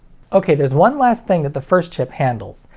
ok, there's one last thing that the first chip handles.